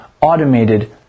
automated